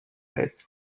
best